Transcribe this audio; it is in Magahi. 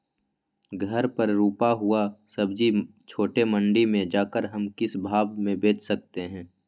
घर पर रूपा हुआ सब्जी छोटे मंडी में जाकर हम किस भाव में भेज सकते हैं?